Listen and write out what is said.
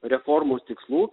reformos tikslų